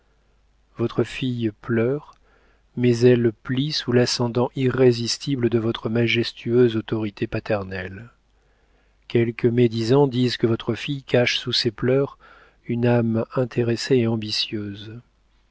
votre fille pleure mais elle plie sous l'ascendant irrésistible de votre majestueuse autorité paternelle quelques médisants disent que votre fille cache sous ses pleurs une âme intéressée et ambitieuse